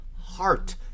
heart